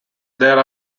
there